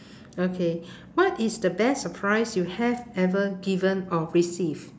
okay what is the best surprise you have ever given or received